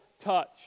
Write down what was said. touch